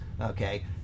okay